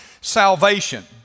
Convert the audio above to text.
salvation